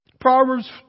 Proverbs